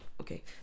Okay